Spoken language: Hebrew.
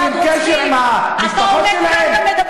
כשנותנים לאסירים כאלה.